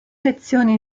lezioni